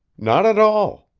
not at all.